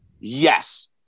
Yes